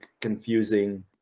confusing